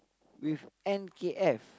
with N_K_F